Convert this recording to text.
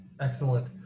Excellent